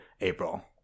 april